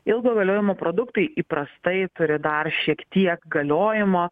ilgo galiojimo produktai įprastai turi dar šiek tiek galiojimo